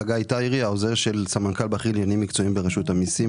חגי טיירי העוזר של סמנכ"ל בכיר לעניינים מקצועיים ברשות המיסים,